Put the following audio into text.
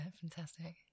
fantastic